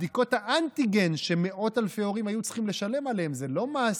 בדיקות האנטיגן שמאות אלפי הורים היו צריכים לשלם עליהם זה לא מס,